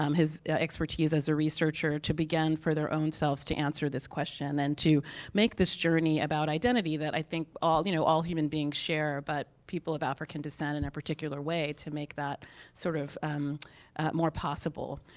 um his yeah expertise as a researcher, to begin for their own selves, to answer this question, and to make this journey about identity that i think all you know, all human beings share, but people of african descent in a particular way, to make that sort of more possible.